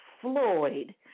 Floyd